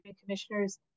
commissioners